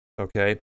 okay